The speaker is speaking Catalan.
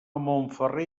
montferrer